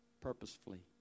purposefully